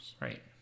Right